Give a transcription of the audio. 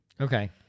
Okay